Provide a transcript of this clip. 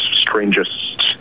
strangest